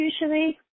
usually